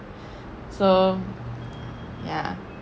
so ya